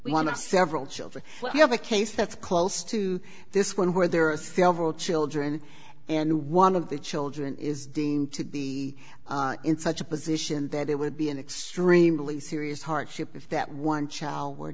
to several children we have a case that's close to this one where there are several children and one of the children is deemed to be in such a position that it would be an extremely serious hardship if that one child were